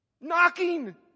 knocking